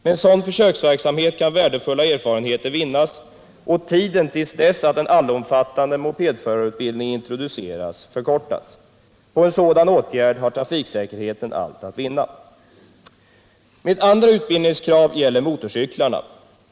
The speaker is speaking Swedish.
Med en sådan försöksverksamhet kan värdefull erfarenhet vinnas och tiden till dess att en allomfattande mopedförarutbildning introduceras förkortas. På en sådan åtgärd har trafiksäkerheten allt att vinna. Mitt andra utbildningskrav gäller motorcyklarna.